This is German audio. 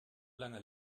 lange